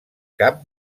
cap